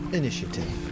initiative